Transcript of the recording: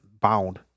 bound